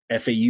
FAU